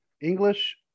English